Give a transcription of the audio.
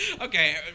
Okay